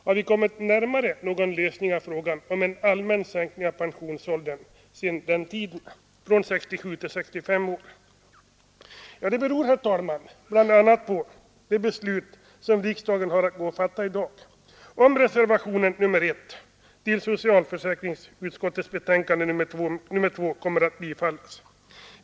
Har vi kommit närmare någon lösning av frågan om en allmän sänkning av pensionsåldern sedan dess från 67 till 65 år? Det beror, herr talman, bl.a. på det beslut riksdagen har att fatta i dag — om reservationen I vid socialförsäkringsutskottets betänkande nr 2 kommer att bifallas.